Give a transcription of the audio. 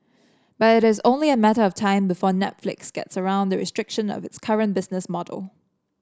but it is only a matter of time before Netflix gets around the restrictions of its current business model